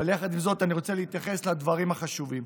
אבל יחד עם זאת, אני רוצה להתייחס לדברים החשובים.